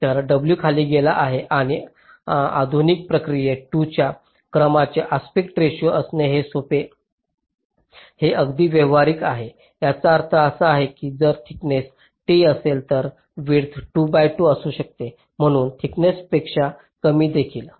तर w खाली गेला आहे आणि आधुनिक प्रक्रियेत 2 च्या क्रमाचे आस्पेक्ट रेशो असणे हे अगदी व्यावहारिक आहे याचा अर्थ असा की जर थिकनेस t असेल तर विड्थ 2 बाय 2 असू शकते म्हणून थिकनेसपेक्षा कमी देखील